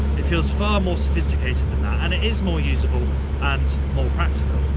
it feels far more sophisticated than that, and it is more usable and more practical,